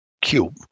cube